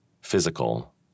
physical